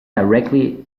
directly